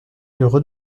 heureux